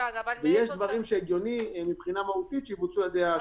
ויש דברים שהגיוני מבחינה מהותית שיבוצעו על ידי השלטון המקומי.